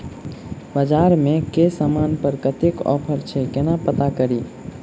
बजार मे केँ समान पर कत्ते ऑफर रहय छै केना पत्ता कड़ी?